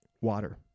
water